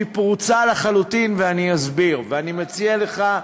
היא פרוצה לחלוטין, ואני אסביר, ואני מציע לך,